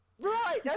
right